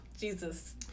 jesus